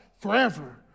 forever